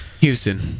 Houston